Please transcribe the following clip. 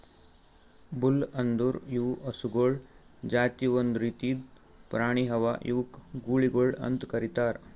bull ಅಂದುರ್ ಇವು ಹಸುಗೊಳ್ ಜಾತಿ ಒಂದ್ ರೀತಿದ್ ಪ್ರಾಣಿ ಅವಾ ಇವುಕ್ ಗೂಳಿಗೊಳ್ ಅಂತ್ ಕರಿತಾರ್